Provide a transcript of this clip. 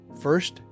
First